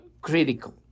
critical